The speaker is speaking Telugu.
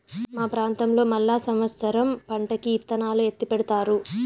మా ప్రాంతంలో మళ్ళా సమత్సరం పంటకి ఇత్తనాలు ఎత్తిపెడతారు